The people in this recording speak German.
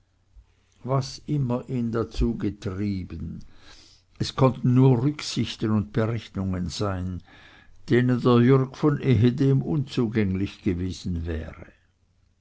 was immer ihn dazu getrieben es konnten nur rücksichten und berechnungen sein denen der jürg von ehedem unzugänglich gewesen wäre